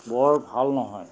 বৰ ভাল নহয়